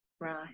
Right